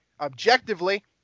objectively